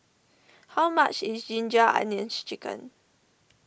how much is Ginger Onions Chicken